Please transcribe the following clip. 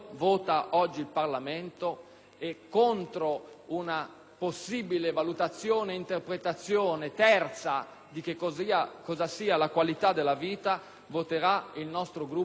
e contro una possibile valutazione e interpretazione terza di cosa sia la qualità della vita voteranno il nostro Gruppo e il nostro schieramento.